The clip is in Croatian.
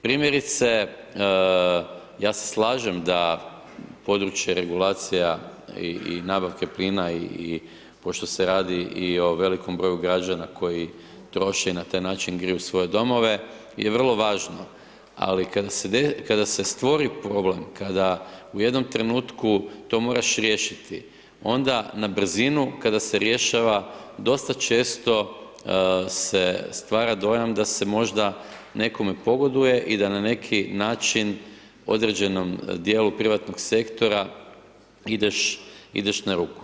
Primjerice, ja se slažem da područje regulacija i nabavke plina, i pošto se radi i o velikom broju građana koji troše, i na taj način griju svoje domove, je vrlo važno, ali kada se desi, kada se stvori problem, kada u jednom trenutku to moraš riješiti, onda na brzinu kada se rješava dosta često se stvara dojam da se možda nekome pogoduje i da na neki način određenom dijelu privatnog sektora ideš, ideš na ruku.